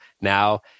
now